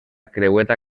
creueta